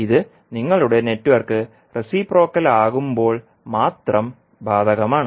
ഇത് നിങ്ങളുടെ network reciprocal ആകുമ്പോൾ മാത്രം ബാധകമാണ്